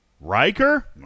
Riker